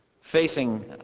Facing